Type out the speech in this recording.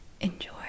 enjoy